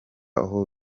aho